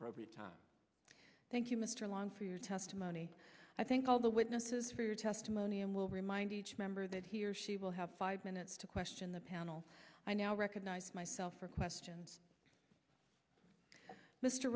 appropriate time thank you mr long for your testimony i think all the witnesses for your testimony and will remind each member that he or she will have five minutes to question the panel i now recognize myself for questions mr